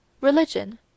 religion